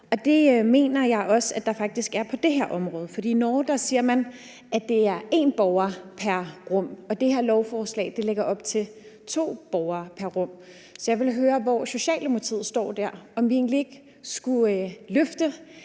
Det mener jeg faktisk også der er på det her område, for i Norge siger man, at det er én borger pr. rum, og det her lovforslag lægger op til to borgere pr. rum. Jeg vil høre, hvor Socialdemokratiet står dér, altså om vi egentlig ikke skulle løfte